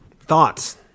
thoughts